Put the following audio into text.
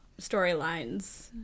storylines